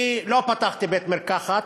אני לא פתחתי בית-מרקחת,